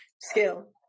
Skill